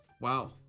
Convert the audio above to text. Wow